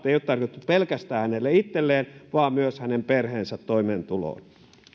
ei ole tarkoitettu pelkästään hänelle itselleen joka tienaa rahat vaan myös hänen perheensä toimeentuloon